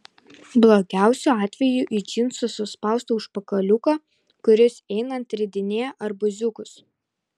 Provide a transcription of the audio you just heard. blogiausiu atveju į džinsų suspaustą užpakaliuką kuris einant ridinėja arbūziukus